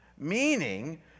meaning